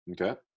Okay